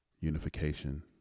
unification